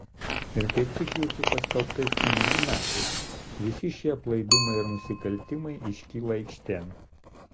ir kaip tik jūsų paskelbtais kunigų metais visi šie aplaidumai ir nusikaltimai iškyla aikštėn